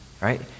right